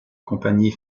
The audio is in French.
compagnie